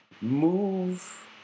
move